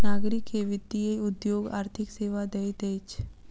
नागरिक के वित्तीय उद्योग आर्थिक सेवा दैत अछि